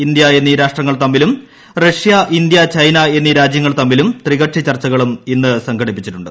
India എന്നീ രാഷ്ട്രങ്ങൾ തമ്മിലും റഷ്യ ഇന്ത്യ ചൈന എന്നീ രാജ്യങ്ങൾ തമ്മിലും ത്രികക്ഷി ചർച്ചകളും ഇന്ന് സുംശ്ലൂടിപ്പിച്ചിട്ടുണ്ട്